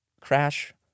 crash